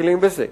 מתחילים בזה.